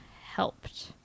helped